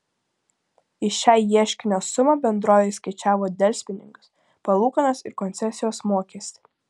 į šią ieškinio sumą bendrovė įskaičiavo delspinigius palūkanas ir koncesijos mokestį